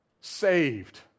Saved